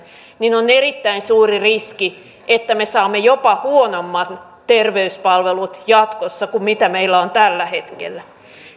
niin on erittäin suuri riski että me saamme jopa huonommat terveyspalvelut jatkossa kuin mitä meillä on tällä hetkellä